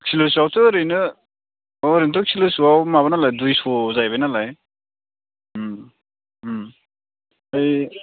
किल' हिसाबावथ' ओरैनो अ ओरैनोथ' किल'सेयाव माबा नालाय दुइस' जाहैबायनालाय उम उम बै